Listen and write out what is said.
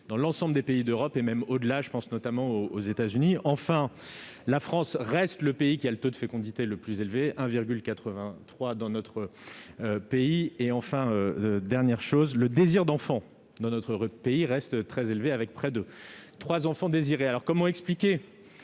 dans l'ensemble des pays d'Europe, et même au-delà - je pense notamment aux États-Unis. En outre, la France reste le pays au taux de fécondité le plus élevé d'Europe : 1,83 enfant par femme. Enfin, le désir d'enfant dans notre pays reste très élevé, avec près de 3 enfants désirés. Alors, comment expliquer